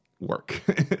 work